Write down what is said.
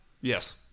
Yes